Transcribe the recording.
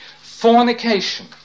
fornication